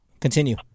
continue